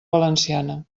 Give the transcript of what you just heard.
valenciana